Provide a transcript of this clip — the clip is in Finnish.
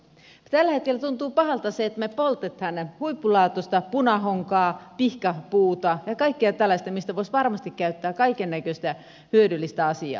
tällä hetkellä tuntuu pahalta se että me poltamme huippulaatuista punahonkaa pihkapuuta ja kaikkea tällaista mistä voisi varmasti käyttää kaikennäköistä hyödyllistä asiaa